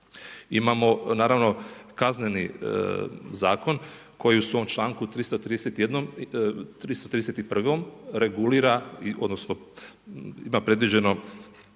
Imamo naravno kazneni zakon koji u svom članku 331. regulira odnosno ima predviđeno